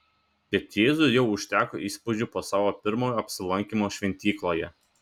bet jėzui jau užteko įspūdžių po savo pirmojo apsilankymo šventykloje